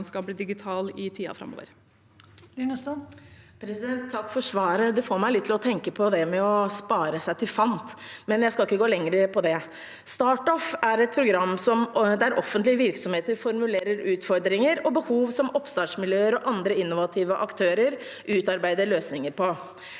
Takk for svaret. Det får meg til å tenke på det med å spare seg til fant, men jeg skal ikke gå lenger på det. StartOff er et program der offentlige virksomheter formulerer utfordringer og behov som oppstartsmiljøer og andre innovative aktører utarbeider løsninger på.